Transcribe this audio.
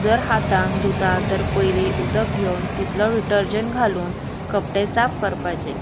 जर हातान धुता तर पयली उदक घेवन तितलो डिटर्जंट घालून कपडे साफ करपाचे